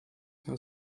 has